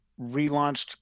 relaunched